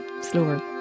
slower